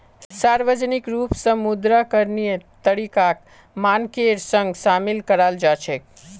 सार्वजनिक रूप स मुद्रा करणीय तरीकाक मानकेर संग शामिल कराल जा छेक